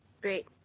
great